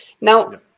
Now